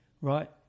right